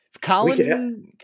Colin